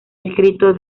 escrito